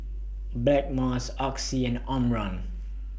Blackmores Oxy and Omron